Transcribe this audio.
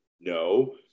No